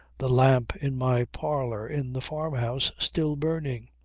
the lamp in my parlour in the farmhouse still burning.